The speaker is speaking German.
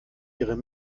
ihre